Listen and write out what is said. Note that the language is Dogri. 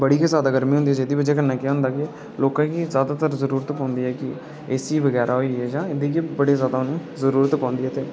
बड़ी गै जादा गर्मी होंदी जेह्दी बजह् कन्नै केह् होंदा कि लोकें गी जादातर जरूरत पौंदी ऐ एसी बगैरा होइयै कि उ'नेंगी बड़ी जादा जरूरत पौंदी ऐ